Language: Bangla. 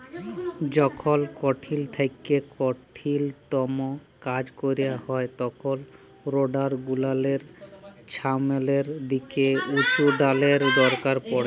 যখল কঠিল থ্যাইকে কঠিলতম কাজ ক্যরা হ্যয় তখল রোডার গুলালের ছামলের দিকে উঁচুটালের দরকার পড়হে